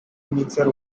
mixer